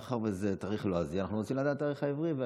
מאחר שזה תאריך לועזי אנחנו רוצים לדעת את התאריך העברי.